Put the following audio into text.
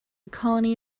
colony